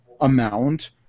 amount